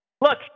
look